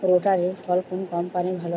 রোটারের ফল কোন কম্পানির ভালো?